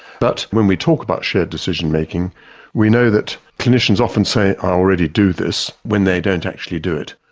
but when we talk about shared decision making we know that clinicians often say i already do this when they don't actually do it.